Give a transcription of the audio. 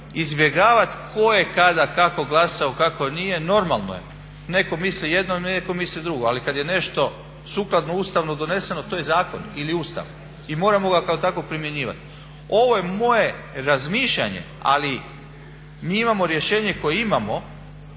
izbjegavati tko je kada kako glasao, kako nije, normalno je, netko misli jedno, netko misli drugo, ali kada je nešto sukladno ustavno doneseno, to je zakon ili ustav i moramo ga kao takvog primjenjivati. Ovo je moje razmišljanje, ali mi imamo rješenje koje imamo.